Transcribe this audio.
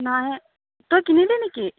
নাই তই কিনিলি নেকি